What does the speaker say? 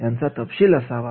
याचा तपशील असावा